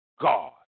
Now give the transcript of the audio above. God